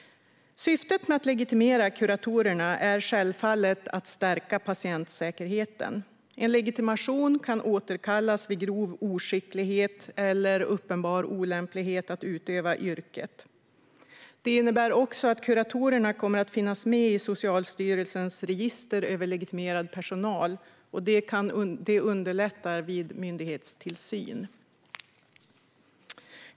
Syftet med att legitimera kuratorerna är självfallet att stärka patientsäkerheten. En legitimation kan återkallas vid grov oskicklighet eller uppenbar olämplighet att utöva yrket. Det innebär också att kuratorer kommer att finnas med i Socialstyrelsens register över legitimerad personal, vilket underlättar myndighetstillsyn.